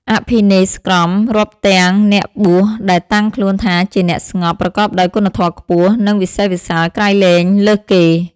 អភិនេស្ក្រម៍ រាប់ទាំងអ្នកបួសដែលតាំងខ្លួនថាជាអ្នកស្ងប់ ប្រកបដោយគុណធម៌ខ្ពស់ និងវិសេសវិសាលក្រៃលែងលើសគេ ។